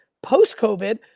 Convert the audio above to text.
post covid,